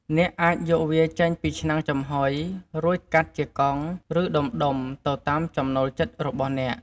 អ្នកអាចយកវាចេញពីឆ្នាំងចំហុយ រួចកាត់ជាកង់ ឬដុំៗ ទៅតាមចំណូលចិត្តរបស់អ្នក។